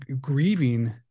grieving